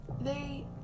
they-